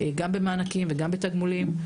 גם במענקים וגם בתגמולים.